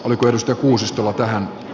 oliko risto kuusistolla tähän